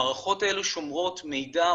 המערכות האלה שומרות מידע,